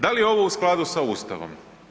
Da li je ovo u skladu sa Ustavom?